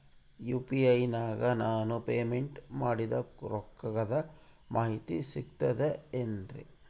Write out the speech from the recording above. UPI ನಾಗ ನಾನು payment ಮಾಡಿದ ರೊಕ್ಕದ ಮಾಹಿತಿ ಸಿಕ್ತದೆ ಏನ್ರಿ?